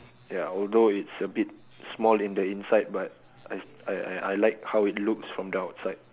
ya although it's a bit small on the inside but I I I like how it looks from outside